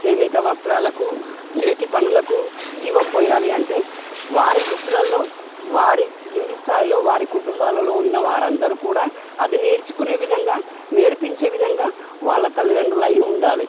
చేనేత వస్త్రాలకు చేతి పనులకు జీవం పొయ్యాలి అంటే వారి వృత్తులల్లో వారి కింది స్థాయిలో వారి కుటుంబాలలో ఉన్న వారందరూ కూడా అది నేర్చుకునే విధంగా నేర్పించే విధంగా వాళ్ళ తల్లిదండ్రులై ఉండాలి